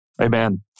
Amen